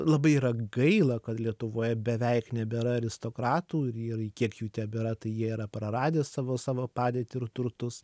labai yra gaila kad lietuvoje beveik nebėra aristokratų ir ir kiek jų tebėra tai jie yra praradę savo savo padėtį ir turtus